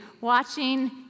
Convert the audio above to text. watching